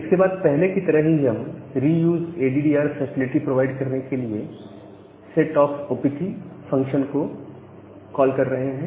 इसके बाद पहले की तरह ही हम रीयूज एडीडीआर फैसिलिटी प्रोवाइड करने के लिए सेट सॉक ओपीटी फंक्शन को कॉल कर रहे हैं